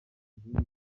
igihugu